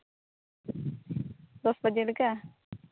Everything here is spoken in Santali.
ᱫᱚᱥ ᱵᱟᱡᱮ ᱞᱮᱠᱟ